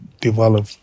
develop